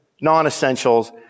non-essentials